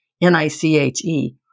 N-I-C-H-E